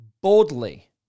boldly